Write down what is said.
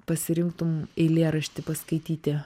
pasirinktum eilėraštį paskaityti